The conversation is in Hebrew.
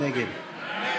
מי נגד?